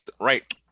right